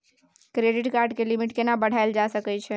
Credit card के limit केना बढायल जा सकै छै?